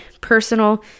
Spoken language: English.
personal